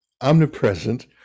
omnipresent